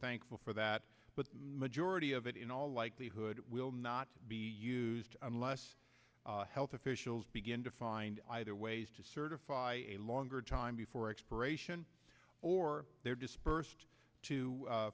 thankful for that but jordi of it in all likelihood it will not be used unless health officials begin to find either ways to certify a longer time before expiration or they're dispersed to